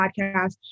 podcast